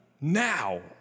now